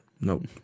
Nope